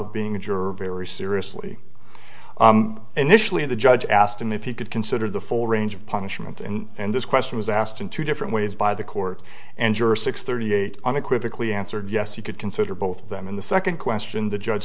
of being a juror very seriously initially the judge asked him if he could consider the full range of punishment and this question was asked in two different ways by the court and juror six thirty eight unequivocally answered yes you could consider both of them in the second question the judge